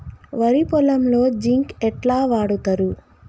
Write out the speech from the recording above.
వరి పొలంలో జింక్ ఎట్లా వాడుతరు?